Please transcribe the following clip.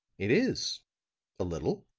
it is a little,